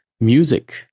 music